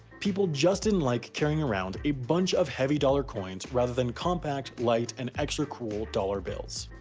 people just didn't like carrying around a bunch of heavy dollar coins rather than compact, light, and extra cool dollar bills.